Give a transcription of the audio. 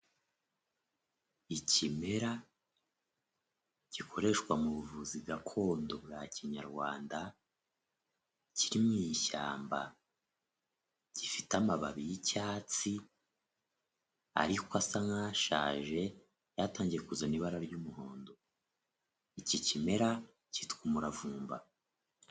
Ikimera gikoreshwa mu buvuzi gakondo bwa kinyarwanda kiri mu ishyamba gifite amababi y'icyatsi ariko asa nk'ashaje yatangiye kuzana ibara ry'umuhondo, iki kimera cyitwa umuravumba.